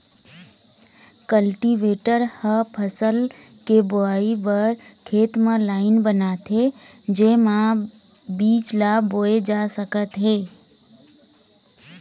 cultivator ह फसल के बोवई बर खेत म लाईन बनाथे जेमा बीज ल बोए जा सकत हे